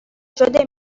شده